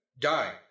die